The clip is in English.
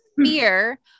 fear